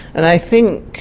and i think,